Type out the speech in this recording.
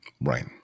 Right